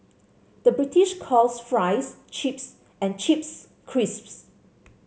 the British calls fries chips and chips crisps